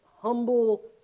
humble